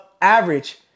average